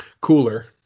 Cooler